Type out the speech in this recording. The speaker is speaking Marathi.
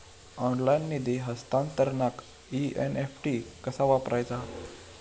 ऑनलाइन निधी हस्तांतरणाक एन.ई.एफ.टी कसा वापरायचा?